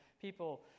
people